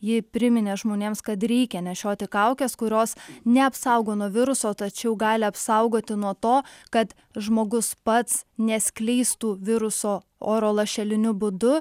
jai priminė žmonėms kad reikia nešioti kaukes kurios neapsaugo nuo viruso tačiau gali apsaugoti nuo to kad žmogus pats neskleistų viruso oro lašeliniu būdu